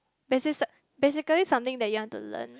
basic basically something you want to learn